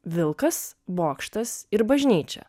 vilkas bokštas ir bažnyčia